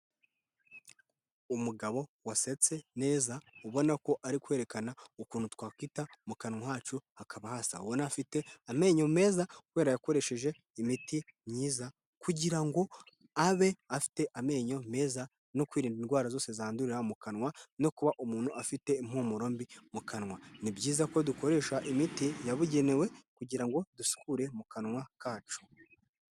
Umugabo wasetse neza, ubona ko ari kwerekana ukuntu twakita mu kanwa hacu hakaba hasa, ubona ko afite amenyo meza kubera yakoresheje imiti myiza kugira ngo abe afite amenyo meza no kwirinda indwara zose zandurira mu kanwa no kuba umuntu afite impumuro mbi mu kanwa. Ni byiza ko dukoresha imiti yabugenewe kugira ngo dusukure mu kanwa kacu.